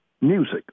music